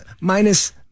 Minus